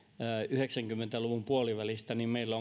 yhdeksänkymmentä luvun puolivälistä meillä